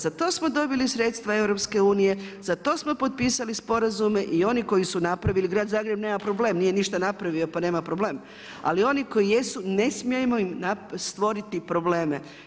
Za to smo dobili sredstva EU, za to smo potpisali sporazume i oni koji su napravili, grad Zagreb nema problem, nije ništa napravio pa nema problem, ali oni koji jesu ne smijemo im stvoriti probleme.